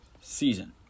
season